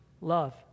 love